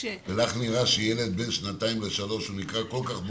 --- ולך נראה שילד בן שנתיים עד שלוש הוא כל כך בוגר,